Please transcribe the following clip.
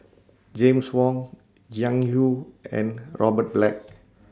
James Wong Jiang YOU and Robert Black